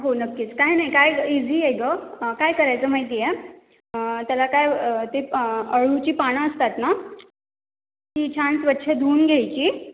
हो नक्कीच काही नाही काय ग इझी आहे गं काय करायचं माहिती आहे त्याला काय ते पा अळूची पानं असतात ना ती छान स्वच्छ धुवून घ्यायची